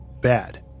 bad